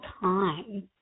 time